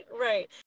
right